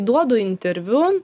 duodu interviu